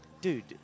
dude